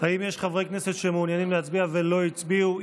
האם יש חברי כנסת שמעוניינים להצביע ולא הצביעו?